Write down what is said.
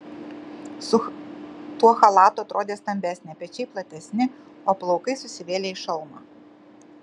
su tuo chalatu atrodė stambesnė pečiai platesni o plaukai susivėlę į šalmą